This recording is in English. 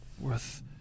Worth